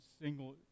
single